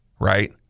Right